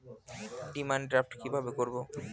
Demand draft কীভাবে করব?